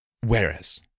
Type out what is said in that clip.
Whereas